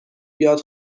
بیاد